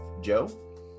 Joe